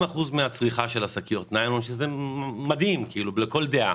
ב-10 אגורות הופחתה 70% מצריכת השקיות וזה מדהים לכל הדעות.